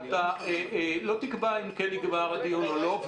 אתה לא תקבע אם כן נגמר הדיון או לא.